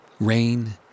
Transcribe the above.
rain